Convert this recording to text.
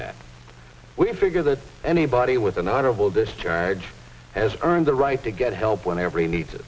that we figure that anybody with an honorable discharge as earned the right to get help when every need